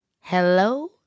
Hello